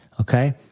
okay